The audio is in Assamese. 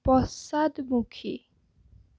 পশ্চাদমুখী